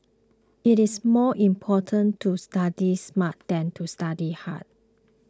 it is more important to study smart than to study hard